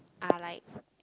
are like